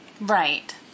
Right